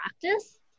practice